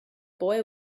boy